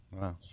Wow